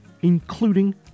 including